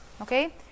okay